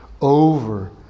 over